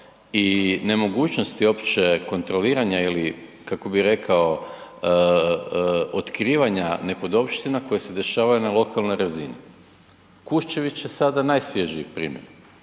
i nemogućnosti uopće kontroliranja ili kako bih rekao otkrivanja nepodopština koje se dešavaju na lokalnoj razini. Kuščević je sada najsvježiji primjer.